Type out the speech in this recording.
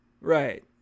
Right